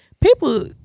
people